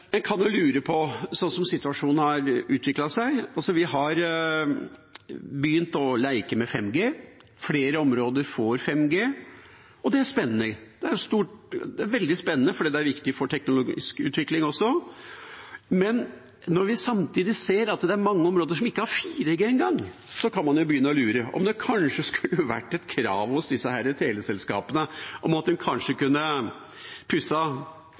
spennende. Det er veldig spennende fordi det er viktig for teknologisk utvikling også. Men når vi samtidig ser at det er mange områder som ikke har 4G engang, kan man jo begynne å lure på om det kanskje skulle vært et krav hos teleselskapene om at